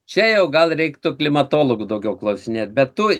čia jau gal reiktų klimatologų daugiau klausinėt bet tų